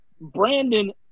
Brandon